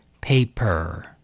paper